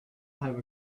have